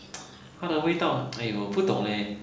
它的味道 !aiyo! 不懂 leh